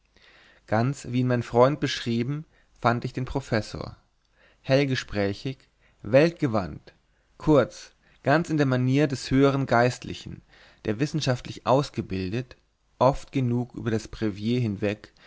ganz wie ihn mein freund beschrieben fand ich den professor hellgesprächig weltgewandt kurz ganz in der manier des höheren geistlichen der wissenschaftlich ausgebildet oft genug über das brevier hinweg